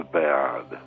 bad